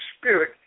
spirit